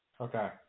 Okay